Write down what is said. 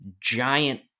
giant